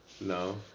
No